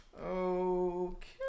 Okay